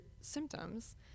symptoms